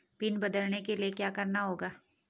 Pin बदलने के लिए क्या करना होगा?